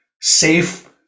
safe